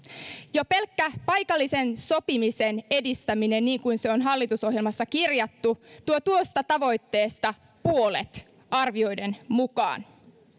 jo pelkkä paikallisen sopimisen edistäminen niin kuin se on hallitusohjelmassa kirjattu tuo tuosta tavoitteesta puolet arvioiden mukaan